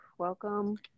welcome